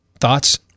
Thoughts